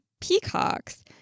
peacocks